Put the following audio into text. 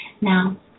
now